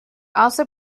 also